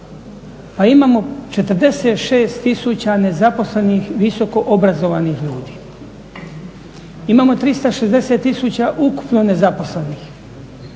Pa imamo 46 000 nezaposlenih visoko obrazovanih ljudi, imamo 360 000 ukupno nezaposlenih,